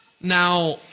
Now